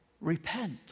Repent